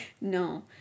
No